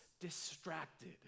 distracted